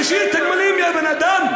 תשאיר את הגמלים, יא בן-אדם.